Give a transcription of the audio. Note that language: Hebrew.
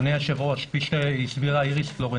שר העבודה,